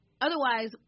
Otherwise